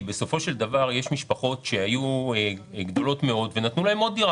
בסופו של דבר יש משפחות שהיו גדולות מאוד ונתנו להן עוד דירה.